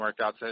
workouts